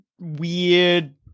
weird